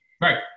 Right